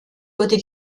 wurde